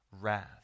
wrath